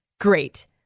Great